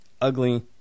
Ugly